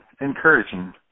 encouraging